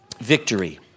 victory